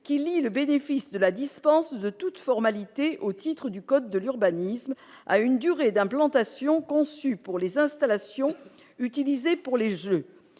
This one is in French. qui lie le bénéfice de la dispense de toute formalité au titre du code de l'urbanisme à une durée d'implantation conçu pour les installations utilisées pour les Jeux,